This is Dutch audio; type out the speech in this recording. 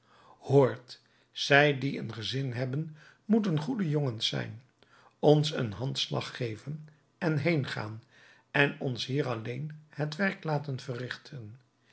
hoort zij die een gezin hebben moeten goede jongens zijn ons een handslag geven en heengaan en ons hier alleen het werk laten verrichten